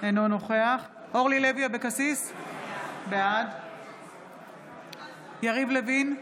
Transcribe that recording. אינו נוכח אורלי לוי אבקסיס, בעד יריב לוין,